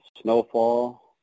Snowfall